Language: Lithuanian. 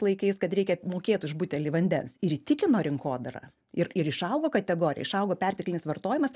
laikais kad reikia mokėt už butelį vandens ir įtikino rinkodarą ir ir išaugo kategorija išaugo perteklinis vartojimas